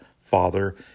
Father